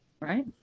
right